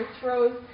throws